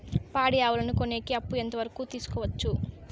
పాడి ఆవులని కొనేకి అప్పు ఎంత వరకు తీసుకోవచ్చు?